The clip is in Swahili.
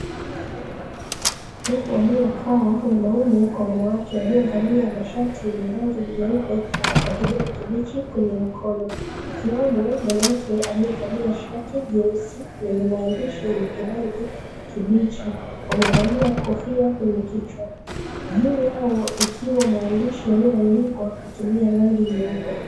Waliokaa wanaume kwa wanawake waliovalia mashati yenye rangi nyeupe ya kijani kibichi kwenye mkono. Ikiwamo mwanamke aliyevalia shati jeusi lenye maandishi yenye kirangi kibichi, wamevalia kofia kwenye kichwa. Juu yao ikiwa mwandishi yaliyoandikwa kutumia rangi nyeupe.